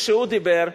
כשהוא דיבר,